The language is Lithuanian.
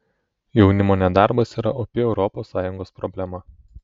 jaunimo nedarbas yra opi europos sąjungos problema